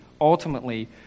ultimately